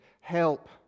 Help